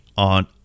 on